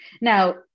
Now